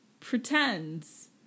pretends